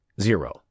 zero